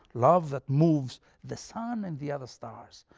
love that moves the sun and the other stars,